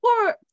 Poor